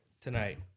tonight